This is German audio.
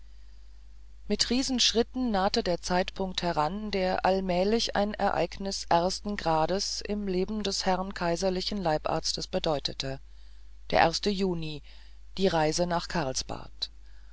mit riesenschritten nahte der zeitpunkt heran der alljährlich ein ereignis ersten grades im leben des herrn kaiserlichen leibarztes bedeutete der juni die reise nach karlsbad